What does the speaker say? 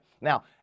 Now